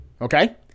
Okay